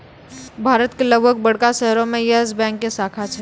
भारत के लगभग बड़का शहरो मे यस बैंक के शाखा छै